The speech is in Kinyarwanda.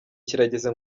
kirageze